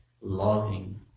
loving